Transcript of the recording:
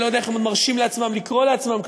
אני לא יודע איך הם מרשים לעצמם לקרוא לעצמם ככה,